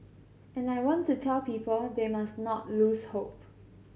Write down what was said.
and I want to tell people they must not lose hope